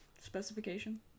specification